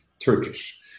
Turkish